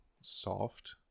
soft